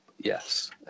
yes